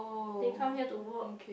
they come here to work